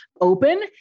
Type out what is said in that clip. open